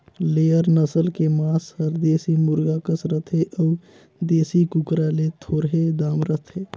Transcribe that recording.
layer नसल के मांस हर देसी मुरगा कस रथे अउ देसी कुकरा ले थोरहें दाम रहथे